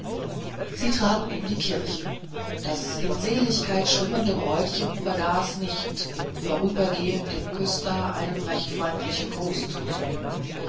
sie traten in die kirche das in seligkeit schwimmende bräutchen vergaß nicht im vorübergehen dem küster einen recht freundlichen gruß zuzuwinken